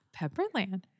Pepperland